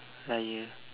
liar